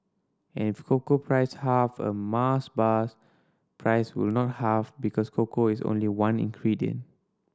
and if cocoa price halved a Mars bar's price will not halve because cocoa is only one ingredient